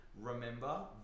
remember